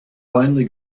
finally